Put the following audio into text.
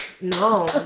No